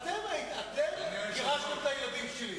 אתם גירשתם את הילדים שלי.